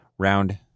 Round